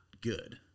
good